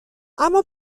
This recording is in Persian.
اما